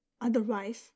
otherwise